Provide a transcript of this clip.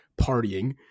partying